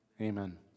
Amen